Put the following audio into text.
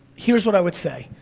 here's what i would say.